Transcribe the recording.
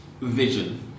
vision